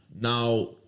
now